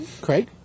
Craig